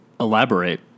Elaborate